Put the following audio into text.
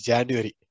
January